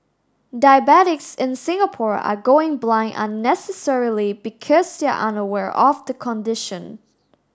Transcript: diabetics in Singapore are going blind unnecessarily because they are unaware of the condition